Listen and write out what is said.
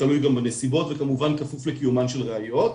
תלוי גם בנסיבות וכמובן כפוף לקיומן של ראיות,